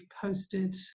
posted